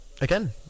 Again